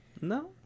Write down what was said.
No